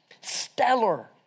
Stellar